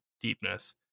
deepness